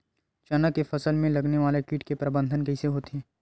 चना के फसल में लगने वाला कीट के प्रबंधन कइसे होथे?